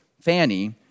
Fanny